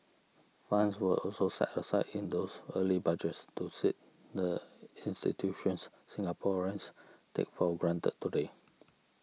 funds were also set aside in those early Budgets to seed the institutions Singaporeans take for granted today